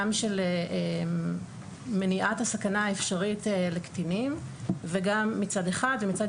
גם של מניעת הסכנה האפשרית לקטינים מצד אחד ומצד